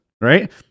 right